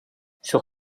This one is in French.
sur